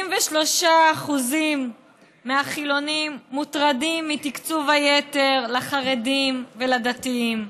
73% מהחילונים מוטרדים מתקצוב היתר לחרדים ולדתיים,